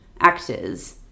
actors